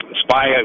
spy